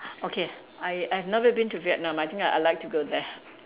okay I I've never been to Vietnam I think I I like to go there